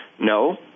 No